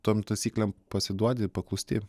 tom taisyklėm pasiduodi paklūsti